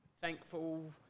thankful